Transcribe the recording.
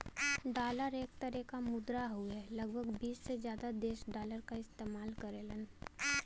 dollar एक तरे क मुद्रा हउवे लगभग बीस से जादा देश डॉलर क इस्तेमाल करेलन